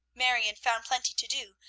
marion found plenty to do,